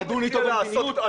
לדון אתו במדיניות ?